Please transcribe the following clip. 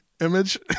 image